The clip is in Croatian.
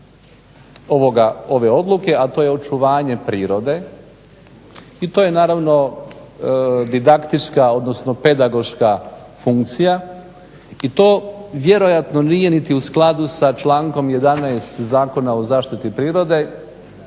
ove odluke, a to je očuvanje prirode. I to je naravno didaktička odnsno pedagoška funkcija i to vjerojatno nije niti u skladu sa člankom 11. Zakona o zaštiti prirode